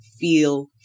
feel